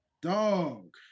Dog